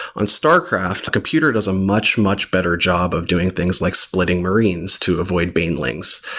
on starcraft, computer does a much, much better job of doing things like splitting marines to avoid banelings.